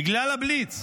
בגלל הבליץ,